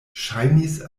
ŝajnis